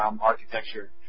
architecture